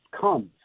comes